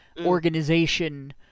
organization